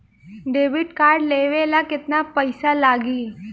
Debit card लेवे ला केतना पईसा लागी?